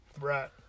right